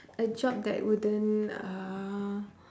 a job that wouldn't uh